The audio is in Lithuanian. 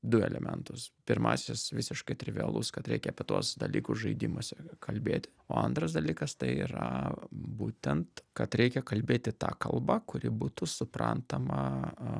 du elementus pirmasis visiškai trivialus kad reikia apie tuos dalykus žaidimuose kalbėti o antras dalykas tai yra būtent kad reikia kalbėti ta kalba kuri būtų suprantama